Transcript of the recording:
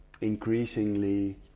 increasingly